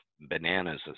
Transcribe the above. bananas